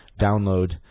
download